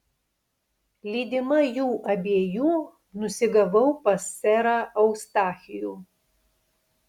lydima jų abiejų nusigavau pas serą eustachijų